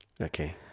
Okay